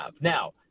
Now